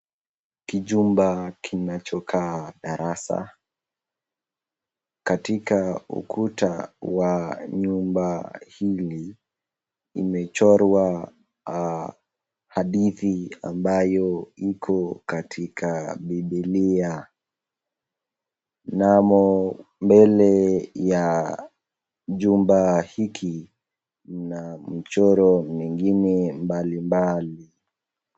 Kijumba kinachokaa darasa. Katika ukuta wa nyumba hili imechorwa hadithi ambayo iko katika bibilia. Namo mbele ya jumba hiki mna mchoro mwingine mbalimbali.